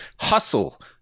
Hustle